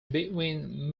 between